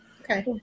Okay